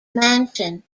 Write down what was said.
mansion